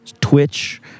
Twitch